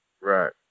Right